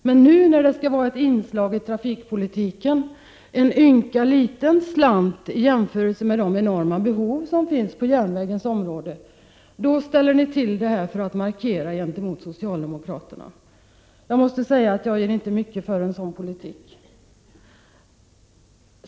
Men nu, när det är fråga om ett inslag i trafikpolitiken — en ynka liten slant med hänsyn till det enorma behov som finns på järnvägsområdet — ställer ni till det så här för att göra en markering gentemot socialdemokraterna. Jag måste säga att jag ger inte mycket för en sådan politik.